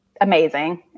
amazing